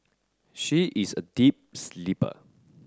she is a deep sleeper